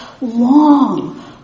long